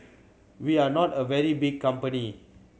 we are not a very big company